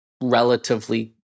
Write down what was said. relatively